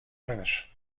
finish